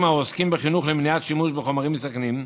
העוסקים בחינוך למניעת שימוש בחומרים מסכנים,